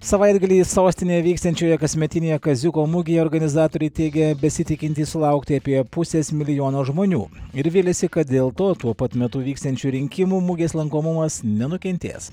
savaitgalį sostinėje vyksiančioje kasmetinėje kaziuko mugėje organizatoriai teigia besitikintys sulaukti apie pusės milijono žmonių ir vylėsi kad dėl to tuo pat metu vyksiančių rinkimų mugės lankomumas nenukentės